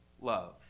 love